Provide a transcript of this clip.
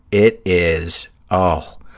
it is, oh,